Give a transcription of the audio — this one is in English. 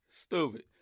Stupid